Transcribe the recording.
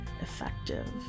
effective